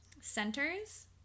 centers